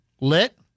Lit